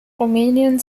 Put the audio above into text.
rumänien